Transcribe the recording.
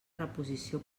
reposició